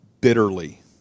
bitterly